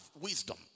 wisdom